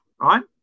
right